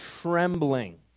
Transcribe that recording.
trembling